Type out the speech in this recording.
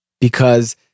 Because-